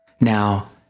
Now